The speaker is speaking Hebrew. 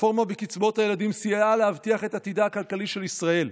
הרפורמה בקצבאות הילדים סייעה להבטיח את עתידה הכלכלי של ישראל.